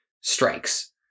strikes